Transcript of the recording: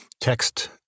text